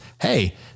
hey